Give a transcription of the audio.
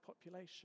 population